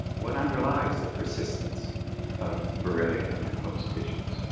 what underlies the persistence of borrelia in host tissues?